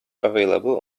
available